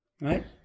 Right